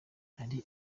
hari